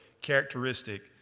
characteristic